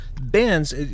bands